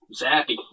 Zappy